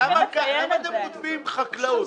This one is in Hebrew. למה אתם כותבים "חקלאות"?